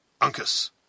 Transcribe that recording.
Uncas